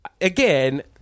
Again